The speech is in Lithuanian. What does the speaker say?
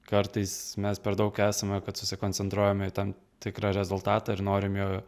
kartais mes per daug esame kad susikoncentruojam į tam tikrą rezultatą ir norim jo